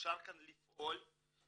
אפשר כאן לפעול ולמנוע.